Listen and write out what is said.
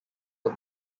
the